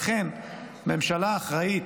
לכן ממשלה אחראית,